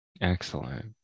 excellent